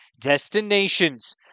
destinations